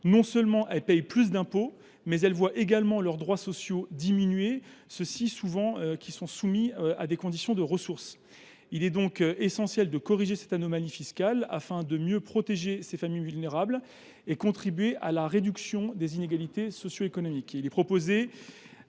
Non seulement elles paient plus d’impôts, mais elles voient leurs droits sociaux diminuer, ceux ci étant souvent soumis à des conditions de ressources. Il est donc essentiel de corriger cette anomalie fiscale, afin de mieux protéger ces familles vulnérables et réduire les inégalités socioéconomiques.